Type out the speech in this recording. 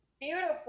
Beautiful